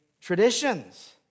traditions